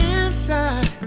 inside